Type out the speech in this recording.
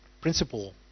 principle